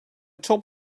top